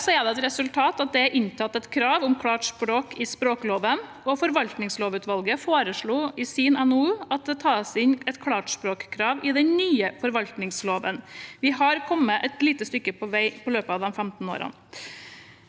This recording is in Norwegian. er at det i dag er inntatt et krav om klart språk i språkloven. Forvaltningslovutvalget foreslo også i sin NOU at det tas inn et klarspråkkrav i den nye forvaltningsloven. Vi har kommet et lite stykke på vei i løpet av disse 15 årene.